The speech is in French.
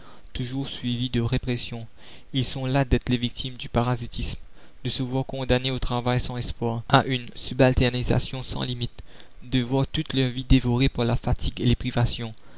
toujours suivies de répressions ils sont las d'être les victimes du parasitisme de se voir condamner au travail sans espoir à une subalternisation sans limites de voir toute leur vie dévorée par la fatigue et les privations